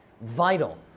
Vital